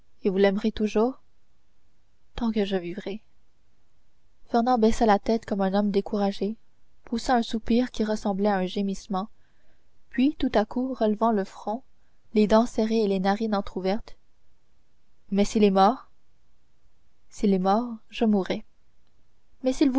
et vous l'aimerez toujours tant que je vivrai fernand baissa la tête comme un homme découragé poussa un soupir qui ressemblait à un gémissement puis tout à coup relevant le front les dents serrées et les narines entrouvertes mais s'il est mort s'il est mort je mourrai mais